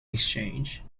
exchange